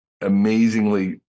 amazingly